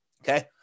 Okay